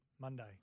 Monday